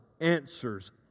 answers